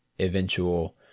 eventual